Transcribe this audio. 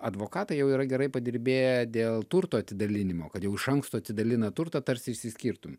advokatai jau yra gerai padirbėję dėl turto atidalinimo kad jau iš anksto atidalina turtą tarsi išsiskirtum